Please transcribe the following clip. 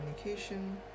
communication